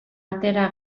atera